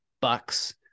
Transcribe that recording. bucks